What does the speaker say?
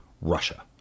Russia